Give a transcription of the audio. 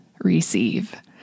receive